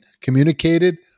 communicated